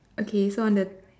okay so on the